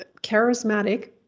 charismatic